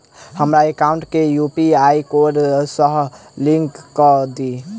हमरा एकाउंट केँ UPI code सअ लिंक कऽ दिऽ?